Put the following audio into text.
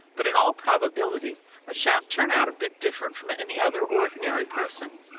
but in all probability i shan't turn out a bit different from any other ordinary person.